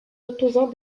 opposants